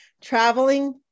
traveling